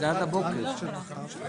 העומס עלינו גדול.